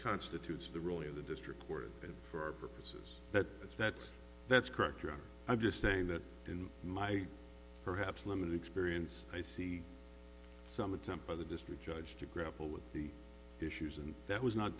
constitutes the role of the district court and for our purposes that that's that's that's correct i'm just saying that in my perhaps limited experience i see some attempt by the district judge to grapple with the issues and that was not